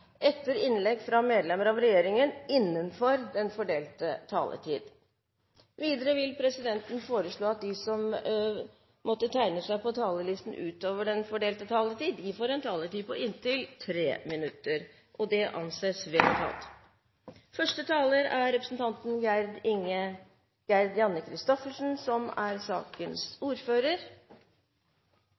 etter innlegg fra medlemmer av regjeringen innenfor den fordelte taletid. Videre vil presidenten foreslå at de som måtte tegne seg på talerlisten utover den fordelte taletid, får en taletid på inntil 3 minutter. – Det anses vedtatt.